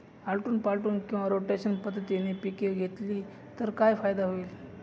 आलटून पालटून किंवा रोटेशन पद्धतीने पिके घेतली तर काय फायदा होईल?